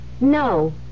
No